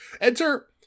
Enter